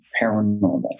paranormal